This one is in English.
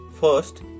First